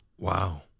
Wow